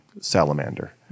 salamander